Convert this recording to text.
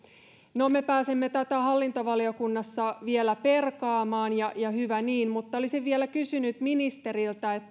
no me pääsemme tätä hallintovaliokunnassa vielä perkaamaan ja ja hyvä niin mutta olisin vielä kysynyt ministeriltä